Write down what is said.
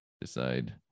decide